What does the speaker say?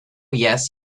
yes